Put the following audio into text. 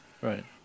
Right